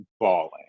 bawling